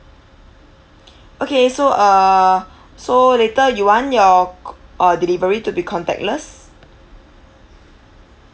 okay so uh so later you want your co~ uh delivery to be contactless